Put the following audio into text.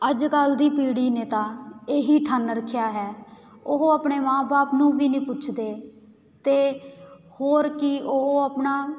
ਅੱਜ ਕੱਲ੍ਹ ਦੀ ਪੀੜ੍ਹੀ ਨੇ ਤਾਂ ਇਹੀ ਠਾਣ ਰੱਖਿਆ ਹੈ ਉਹ ਆਪਣੇ ਮਾਂ ਬਾਪ ਨੂੰ ਵੀ ਨਹੀਂ ਪੁੱਛਦੇ ਅਤੇ ਹੋਰ ਕੀ ਉਹ ਆਪਣਾ